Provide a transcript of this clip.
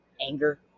anger